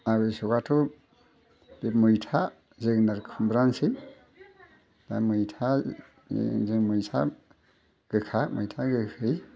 आबिसकाथ' बे मैथा जोगोनार खुमब्रायानोसै दा मैथा जों मैथा गोखा मैथा गोखै